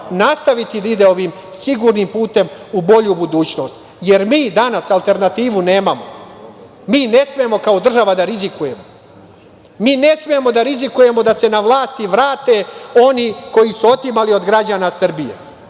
nastaviti da ide ovim sigurnim putem u bolju budućnost. Jer mi danas alternativu nemamo. Mi ne smemo kao država da rizikujemo. Mi ne smemo da rizikujemo da se na vlast vrate oni koji su otimali od građana Srbije,